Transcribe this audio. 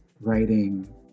writing